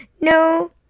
No